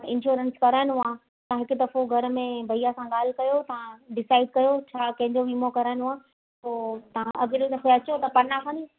insurance कराइणो आहे तव्हां हिकु दफ़ो घर में भैया खां ॻाल्हि कयो तव्हां डिसाइड कयो छा कंहिंजो वीमो कराइणो आहे पोइ तव्हां अॻिले दफ़े अचो त पना खणी